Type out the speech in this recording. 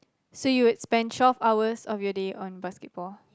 so you would spend twelve hours of your day on basketball